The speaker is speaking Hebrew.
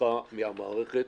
תמיכה מן המערכת